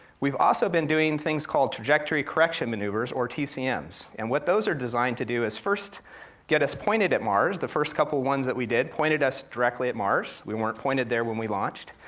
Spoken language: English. we've also been doing things called trajectory correction maneuvers, or tcms. and what those are designed to do is first get us pointed at mars, the first couple ones that we did pointed us directly at mars. we weren't pointed there when we launched.